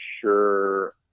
sure